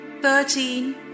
thirteen